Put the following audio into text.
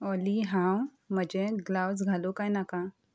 ऑली हांव म्हजें ग्लावज घालूं काय नाका